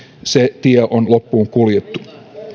se tie on loppuun kuljettu